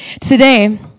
Today